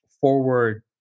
forward